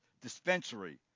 dispensary